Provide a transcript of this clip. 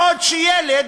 בעוד ילד,